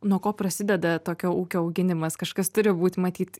nuo ko prasideda tokio ūkio auginimas kažkas turi būt matyt